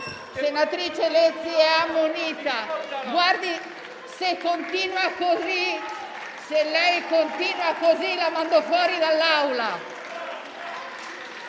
Senatrice Lezzi, è ammonita. Se lei continua così, la mando fuori dall'Aula.